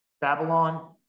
Babylon